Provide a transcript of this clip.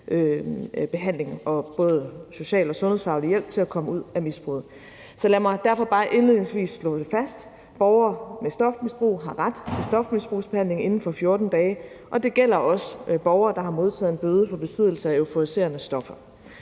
behandling og både social- og sundhedsfaglig hjælp til at komme ud af misbruget. Så lad mig derfor bare indledningsvis slå fast: Borgere med stofmisbrug har ret til stofmisbrugsbehandling inden for 14 dage, og det gælder også borgere, der har modtaget en bøde for besiddelse af euforiserende stoffer.